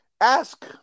ask